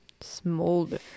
Smolder